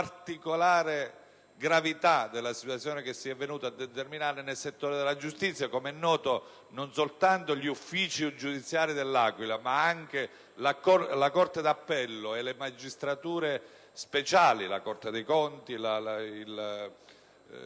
particolare gravità della situazione che si è venuta a determinare nel settore della giustizia. Com'è noto, non soltanto gli uffici giudiziari dell'Aquila ma anche la Corte d'appello e le magistrature speciali, quali Corte dei conti e